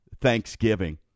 Thanksgiving